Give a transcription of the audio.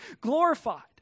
glorified